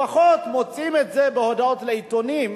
לפחות מוציאים את זה בהודעות לעיתונים,